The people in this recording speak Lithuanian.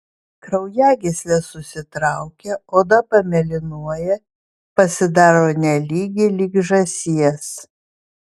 kraujagyslės susitraukia oda pamėlynuoja pasidaro nelygi lyg žąsies